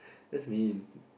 that's mean